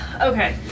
Okay